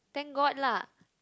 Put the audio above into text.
thank god lah